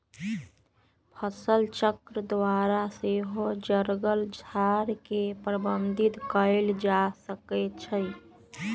फसलचक्र द्वारा सेहो जङगल झार के प्रबंधित कएल जा सकै छइ